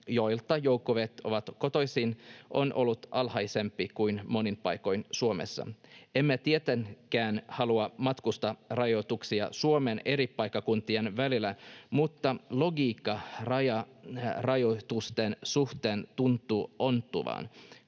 joilta joukkueet ovat kotoisin, on ollut alhaisempi kuin monin paikoin Suomessa. Emme tietenkään halua matkustusrajoituksia Suomen eri paikkakuntien välille, mutta logiikka rajoitusten suhteen tuntuu ontuvan,